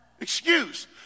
excuse